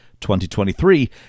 2023